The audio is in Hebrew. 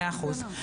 מאה אחוז.